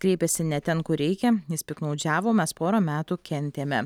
kreipėsi ne ten kur reikia jis piktnaudžiavo mes porą metų kentėme